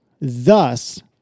Thus